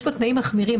יש פה תנאים מחמירים,